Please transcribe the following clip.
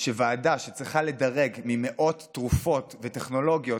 שוועדה שצריכה לדרג מאות תרופות וטכנולוגיות,